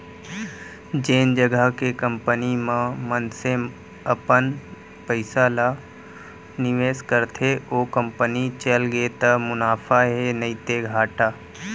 जेन जघा के कंपनी म मनसे अपन पइसा ल निवेस करथे ओ कंपनी चलगे त मुनाफा हे नइते घाटा